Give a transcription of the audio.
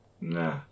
Nah